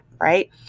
right